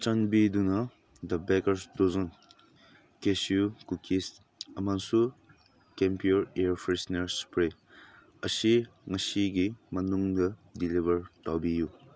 ꯆꯥꯟꯕꯤꯗꯨꯅ the bakers dozen cashew cookies ꯑꯃꯁꯨꯡ camphor air freshener spray ꯑꯁꯤ ꯉꯁꯤꯒꯤ ꯃꯅꯨꯡꯗ ꯗꯤꯂꯤꯕꯔ ꯇꯧꯕꯤꯌꯨ